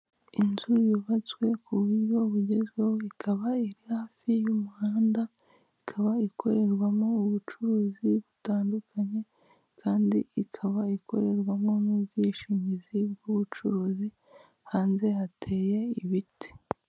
Inzu yubatswe ku buryo bugezweho, ikaba iri hafi y'umuhanda, ikaba ikorerwamo ubucuruzi butandukanye, kandi ikaba ikorerwamo n'ubwishingizi bw'ubucuruzi, hanze hateye ibiti.